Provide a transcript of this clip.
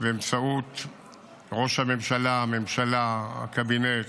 באמצעות ראש הממשלה, הממשלה והקבינט,